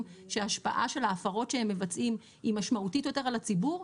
שההשפעה של ההפרות שהם מבצעים היא משמעותית יותר על הציבור,